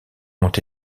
ont